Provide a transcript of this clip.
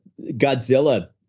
Godzilla